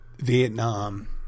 Vietnam